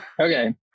okay